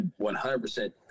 100%